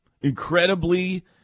incredibly